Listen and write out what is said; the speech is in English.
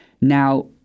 Now